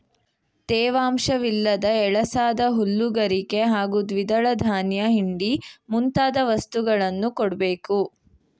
ತೇವಾಂಶವಿಲ್ಲದ ಎಳಸಾದ ಹುಲ್ಲು ಗರಿಕೆ ಹಾಗೂ ದ್ವಿದಳ ಧಾನ್ಯ ಹಿಂಡಿ ಮುಂತಾದ ವಸ್ತುಗಳನ್ನು ಕೊಡ್ಬೇಕು